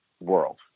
world